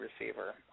receiver